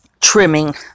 trimming